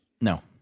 no